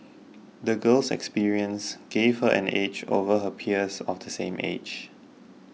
the girl's experiences gave her an edge over her peers of the same age